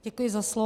Děkuji za slovo.